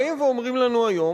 באים ואומרים לנו היום,